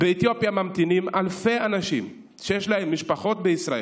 באתיופיה ממתינים אלפי אנשים שיש להם משפחות בישראל,